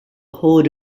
horde